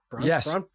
Yes